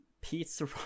pizza